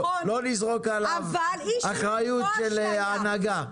לא תזרוק עליו אחריות של ההנהגה.